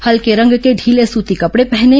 हेल्के रंग के ढीले सूती कपड़े पहनें